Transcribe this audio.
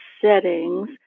settings